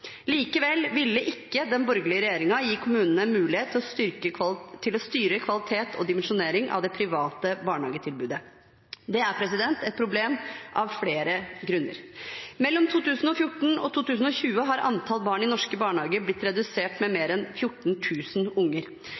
Likevel ville ikke den borgerlige regjeringen gi kommunene mulighet til å styre kvalitet og dimensjonering av det private barnehagetilbudet. Det er et problem av flere grunner. Mellom 2014 og 2020 har antall barn i norske barnehager blitt redusert med mer enn 14 000 unger.